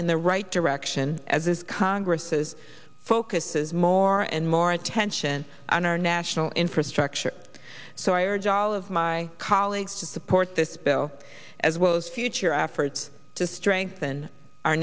in the right direction as is congress's focuses more and more attention on our national infrastructure so i urge all of my colleagues to support this bill as well as future afeard to strengthen our